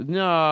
no